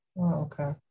okay